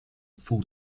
full